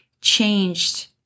changed